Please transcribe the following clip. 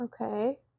Okay